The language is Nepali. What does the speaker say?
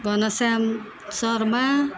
घनश्याम शर्मा